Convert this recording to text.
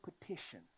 petition